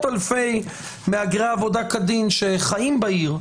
משיקולים של המרשם מאות אלפי אנשים שמנהלים שיג ושיח עם רשויות השלטון,